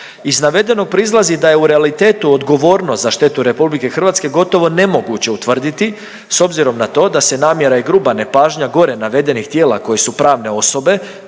Iz navedenog proizlazi da je u realitetu odgovornost za štetu RH gotovo nemoguće utvrditi s obzirom na to da se namjera i gruba nepažnja gore navedenih tijela koje su pravne osobe